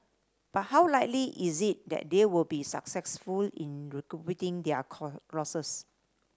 but how likely is it that they will be successful in recouping their losses